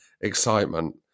excitement